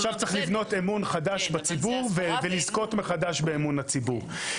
אז צריך לבנות אמון חדש בציבור ולזכות מחדש באמון הציבור.